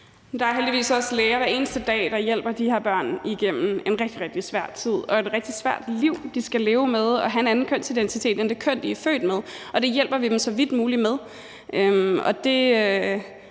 Der er heldigvis også læger, der hver eneste dag hjælper de her børn igennem en rigtig, rigtig svær tid og et rigtig svært liv. De skal leve med at have en anden kønsidentitet end det køn, de er født med, og det hjælper vi dem så vidt muligt med.